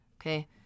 Okay